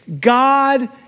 God